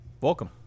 welcome